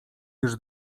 już